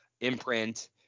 imprint